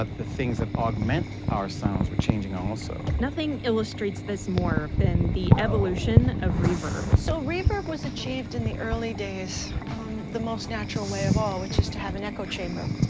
the things that augment our sounds were changing also. nothing illustrates this more than the evolution of reverb. so reverb was achieved in the early days the most natural way of all, which is to have an echo chamber.